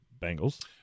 Bengals